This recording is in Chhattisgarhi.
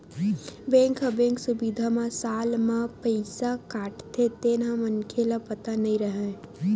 बेंक ह बेंक सुबिधा म साल म पईसा काटथे तेन ह मनखे ल पता नई रहय